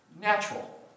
natural